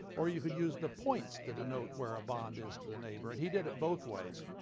or you could use the points to denote where a bond is to the neighbor. and he did it both ways.